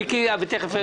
מיקי לוי בבקשה.